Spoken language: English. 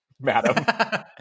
madam